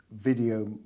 video